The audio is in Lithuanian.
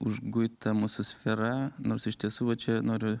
užguita mūsų sfera nors iš tiesų va čia noriu